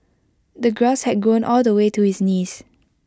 the grass had grown all the way to his knees